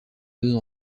deux